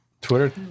Twitter